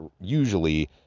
usually